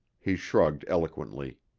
he shrugged eloquently.